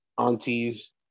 aunties